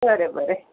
बरें बरें